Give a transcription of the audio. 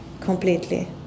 completely